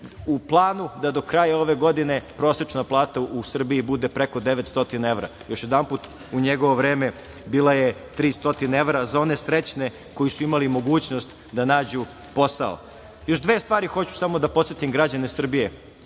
u planu da do kraja ove godine prosečna plata u Srbiji bude preko 900 evra. Još jednom, u njegovo vreme bila je 300 evra. za one srećne koji su imali mogućnost da nađu posao. Još dve stvari hoću da podsetim građane Srbije.